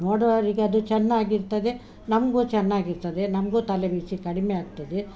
ನೋಡುವವರಿಗೆ ಅದು ಚೆನ್ನಾಗಿರ್ತದೆ ನಮಗೂ ಚೆನ್ನಾಗಿರ್ತದೆ ನಮಗೂ ತಲೆ ಬಿಸಿ ಕಡಿಮೆ ಆಗ್ತದೆ